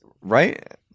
Right